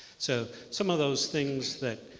so some of those things that